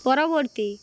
পরবর্তী